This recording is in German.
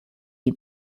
die